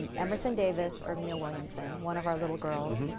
emerson davis or mia williamson, one of our little girls,